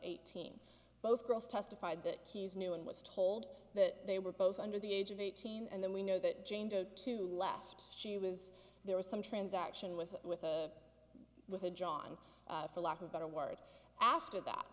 eighteen both girls testified that he is new and was told that they were both under the age of eighteen and then we know that jane doe two left she was there was some transaction with with a with a john for lack of better word after that